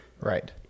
right